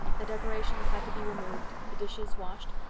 the decorations had to be removed, the dishes washed,